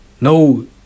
no